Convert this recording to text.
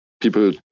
people